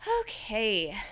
okay